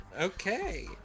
Okay